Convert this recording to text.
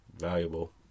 valuable